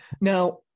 Now